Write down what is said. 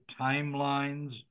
timelines